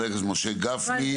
חבר הכנסת משה גפני.